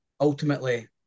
ultimately